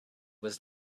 was